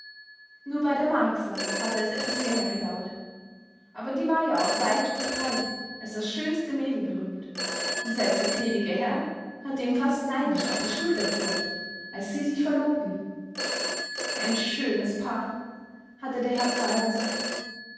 nur bei der marcsa hatte es etwas länger gedauert aber die war ja auch weit und breit als das schönste mädel berühmt und selbst der gnädige herr hatte ihm fast neidisch auf die schulter geklopft als sie sich verlobten ein schönes paar hatte der herr pfarrer gesagt